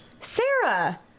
Sarah